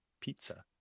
pizza